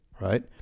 right